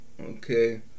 Okay